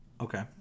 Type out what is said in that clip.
okay